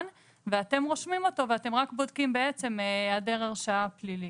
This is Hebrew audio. ואתם רושמים אותו ואתם רק בודקים בעצם היעדר הרשעה פלילית.